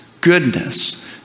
goodness